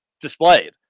displayed